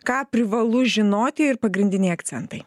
ką privalu žinoti ir pagrindiniai akcentai